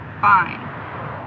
Fine